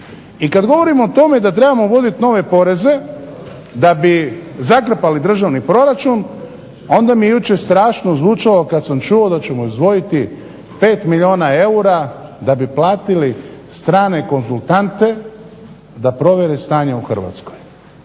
I kada govorimo o tome da trebamo uvoditi nove poreze da bi zakrpali državni proračun, onda mi je jučer strašno zvučalo kada sam čuo da ćemo izdvojiti 5 milijuna eura da bi platili strane konzultante da provjere stanje u Hrvatskoj.